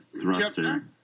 Thruster